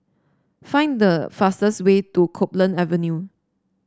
find the fastest way to Copeland Avenue